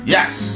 Yes